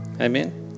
Amen